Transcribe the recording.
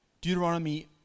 Deuteronomy